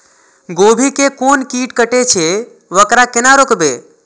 गोभी के कोन कीट कटे छे वकरा केना रोकबे?